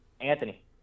Anthony